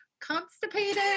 constipated